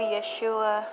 Yeshua